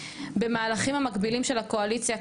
במהלכים המקבילים של הקואליציה,